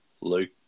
Luke